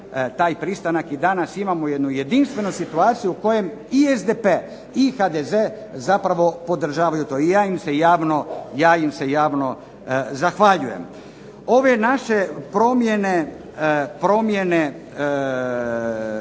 taj pristanak i danas imamo jednu jedinstvenu situaciju u kojoj i SDP I HDZ podržavaju zapravo to i ja im se javno zahvaljujem. Ove naše promjene